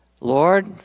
Lord